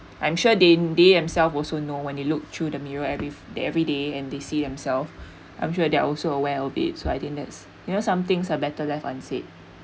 I'm sure they they themselves also know when they look through the mirror at least the every day and they see themselves I'm sure there are also aware of it so I think that's you know some things are better left unsaid